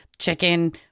chicken